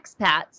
expats